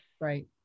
Right